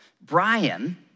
Brian